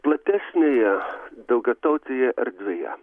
platesnėje daugiatautėje erdvėje